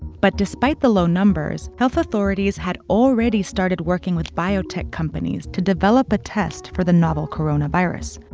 but despite the low numbers, health authorities had already started working with biotech companies to develop a test for the novel coronavirus.